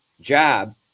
jab